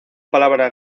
palabra